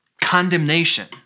condemnation